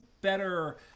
better